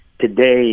Today